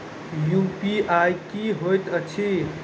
UPI की होइत अछि